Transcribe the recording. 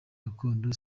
gakondo